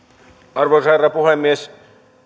arvoisa herra puhemies